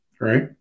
right